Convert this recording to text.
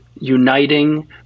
uniting